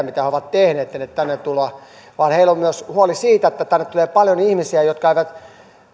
mitä he ovat tehneet ennen tänne tuloa vaan myös siitä että tänne tulee paljon ihmisiä jotka eivät